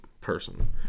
Person